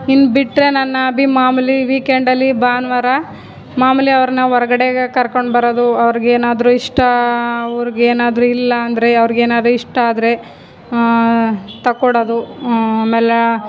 ಇನ್ನು ಬಿಟ್ಟರೆ ನನ್ನ ಆಬಿ ಮಾಮೂಲಿ ವೀಕೆಂಡಲ್ಲಿ ಭಾನುವಾರ ಮಾಮೂಲಿ ಅವ್ರನ್ನು ಹೊರ್ಗಡೆ ಕರ್ಕೊಂಡು ಬರೋದು ಅವ್ರಿಗೇನಾದರೂ ಇಷ್ಟ ಅವ್ರಿಗೇನಾದರೂ ಇಲ್ಲ ಅಂದರೆ ಅವ್ರಿಗೇನಾದರೂ ಇಷ್ಟ ಆದರೆ ತಕ್ ಕೊಡೋದು ಆಮೇಲೆ